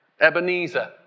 Ebenezer